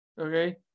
okay